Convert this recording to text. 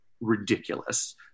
ridiculous